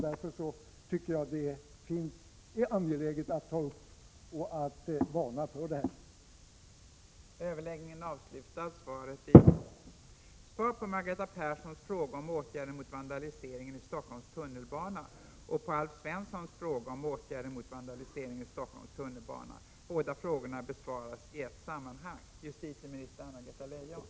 Därför tycker jag att det är angeläget att ta upp frågan och varna för vad som kan hända.